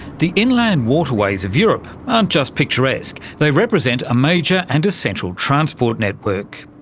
the inland waterways of europe aren't just picturesque, they represent a major and essential transport network.